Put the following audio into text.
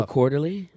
Quarterly